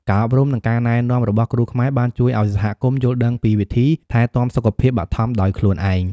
ការអប់រំ និងការណែនាំរបស់គ្រូខ្មែរបានជួយឱ្យសហគមន៍យល់ដឹងពីវិធីថែទាំសុខភាពបឋមដោយខ្លួនឯង។